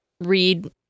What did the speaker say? read